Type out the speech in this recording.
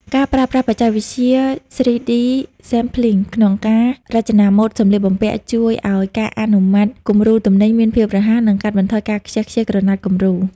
ការប្រើប្រាស់បច្ចេកវិទ្យា 3D Sampling ក្នុងការរចនាម៉ូដសម្លៀកបំពាក់ ជួយឱ្យការអនុម័តគំរូទំនិញមានភាពរហ័ស និងកាត់បន្ថយការខ្ជះខ្ជាយក្រណាត់គំរូ។